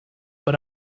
but